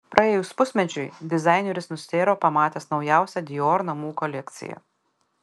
praėjus pusmečiui dizaineris nustėro pamatęs naujausią dior namų kolekciją